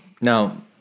Now